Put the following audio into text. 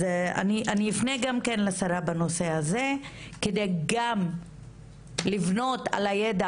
אני אפנה גם כן לשרה בנושא הזה כדי גם לבנות על הידע